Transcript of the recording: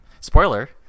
Spoiler